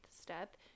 step